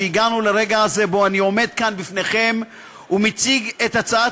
שהגענו לרגע הזה שבו אני עומד כאן בפניכם ומציג את הצעת